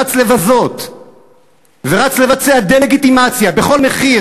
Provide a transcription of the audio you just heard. רץ לבזות ורץ לבצע דה-לגיטימציה בכל מחיר